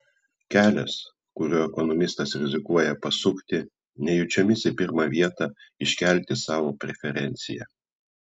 kelias kuriuo ekonomistas rizikuoja pasukti nejučiomis į pirmą vietą iškelti savo preferenciją